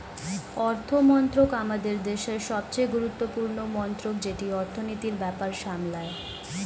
অর্থমন্ত্রক আমাদের দেশের সবচেয়ে গুরুত্বপূর্ণ মন্ত্রক যেটি অর্থনীতির ব্যাপার সামলায়